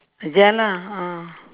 ya lah ah